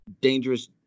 dangerous